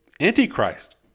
antichrist